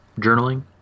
journaling